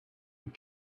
and